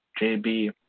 JB